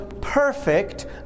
perfect